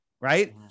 right